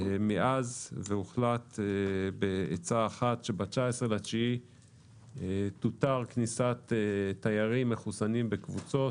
והוחלט בעצה אחת שב-19 בספטמבר תותר כניסת תיירים מחוסנים בקבוצות.